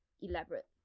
elaborate